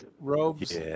Robes